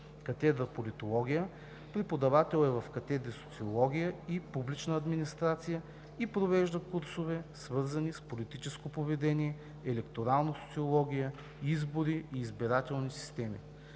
катедра „Политология“, преподавател е в катедри „Социология“ и „Публична администрация“ и провежда курсове, свързани с политическо поведение, електорална социология, избори и избирателни системи.